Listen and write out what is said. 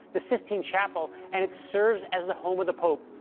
the sistine chapel, and it serves as the home of the pope,